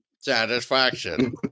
Satisfaction